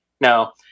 no